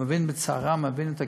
אני מבין את צערם, מבין את הכאב.